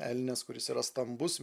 elnias kuris yra stambus